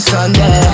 Sunday